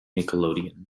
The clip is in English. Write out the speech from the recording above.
nickelodeon